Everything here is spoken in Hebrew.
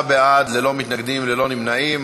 49 בעד, ללא מתנגדים וללא נמנעים.